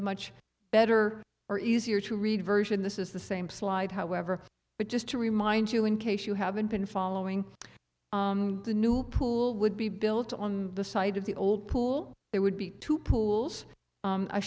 a much better or easier to read version this is the same slide however but just to remind you in case you haven't been following the new pool would be built on the side of the old pool there would be two pools